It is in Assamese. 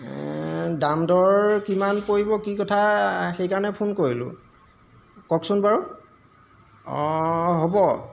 দাম দৰ কিমান পৰিব কি কথা সেইকাৰণে ফোন কৰিলোঁ কওকচোন বাৰু অঁ হ'ব